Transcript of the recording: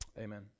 Amen